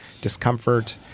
discomfort